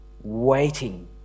waiting